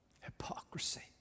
Hypocrisy